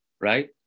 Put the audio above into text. right